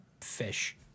fish